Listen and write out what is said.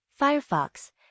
Firefox